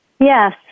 Yes